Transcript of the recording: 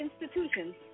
institutions